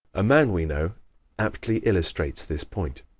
a man we know aptly illustrates this point.